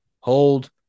hold